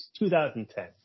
2010